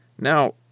Now